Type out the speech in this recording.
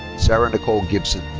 sarah nicole gibson.